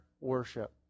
worship